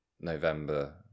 November